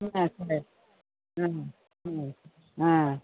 ம் ஆ சரி ம் ம் ஆ